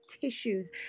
tissues